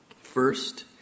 First